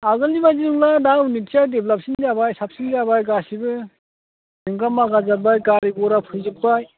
आगोलनि बायदि नंला दा उन्न'तिया डेभलपसिन जाबाय साबसिन जाबाय गासैबो जोंगा मागा जाबाय गारि घड़ा फैजोबबाय